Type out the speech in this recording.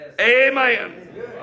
Amen